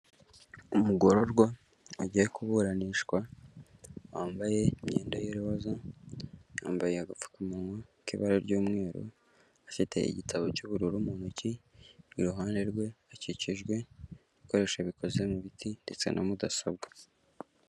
Umugororwa ugiye kuburanishwa wambaye imyenda y'iroza yambaye agapfukamunwa k'ibara ry'umweru afite igitabo cy'ubururu mu ntoki iruhande rwe akikijwe ibikoresho bikoze mu biti ndetse na mudasobwa.